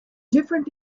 different